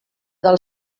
del